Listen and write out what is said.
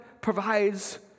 provides